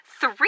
three